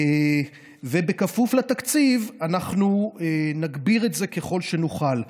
ובכפוף לתקציב, אנחנו נגביר את זה ככל שנוכל.